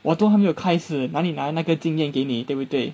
我都还没有开始哪里来那个经验给你对不对